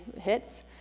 hits